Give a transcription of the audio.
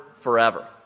forever